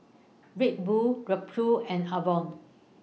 Red Bull Ripcurl and Avalon